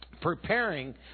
preparing